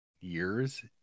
years